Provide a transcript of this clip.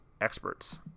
experts